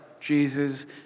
Jesus